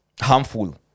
harmful